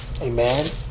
Amen